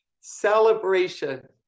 celebration